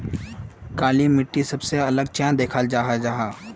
काली मिट्टी सबसे अलग चाँ दिखा जाहा जाहा?